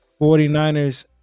49ers